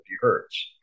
hertz